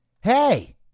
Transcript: hey